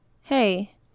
hey